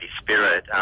spirit